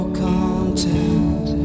content